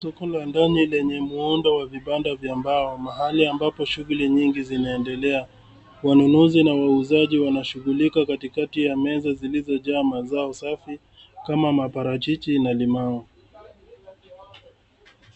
Soko la ndani lenye muundo wa vibanda vya mbao mahali ambapo shughuli nyingi zinaendelea. Wanunuzi na wauzaji wanashughulika katikati ya meza zilizojaa mazao safi kama maparachichi na limau.